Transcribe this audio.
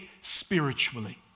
spiritually